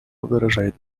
выражает